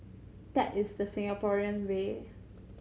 that is the Singaporean way